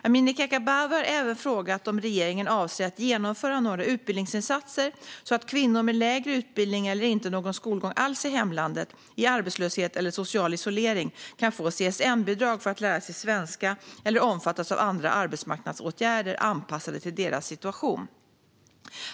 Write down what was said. Amineh Kakabaveh har även frågat om regeringen avser att genomföra några utbildningsinsatser, så att kvinnor med lägre utbildning eller inte någon skolgång alls i hemlandet, i arbetslöshet eller social isolering kan få CSN-bidrag för att lära sig svenska eller omfattas av andra arbetsmarknadsåtgärder anpassade till deras situation.